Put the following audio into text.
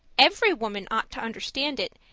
every woman ought to understand it,